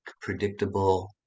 predictable